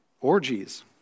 orgies